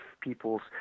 people's